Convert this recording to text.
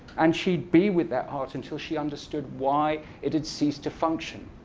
and she'd be with that heart until she understood why it had ceased to function.